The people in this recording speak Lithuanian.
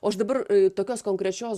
o aš dabar tokios konkrečios